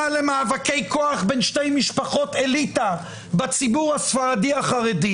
למאבקי כוח בין שתי משפחות אליטה בציבור החרדי,